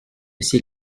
ciel